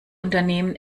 unternehmen